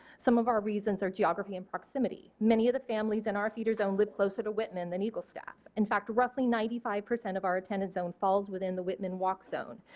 some of our reasons are geography and proximity. many of the families and our feeders owned live closer to whitman than eagle staff. in fact roughly ninety five percent of our attendance zone falls within whitman walk zone.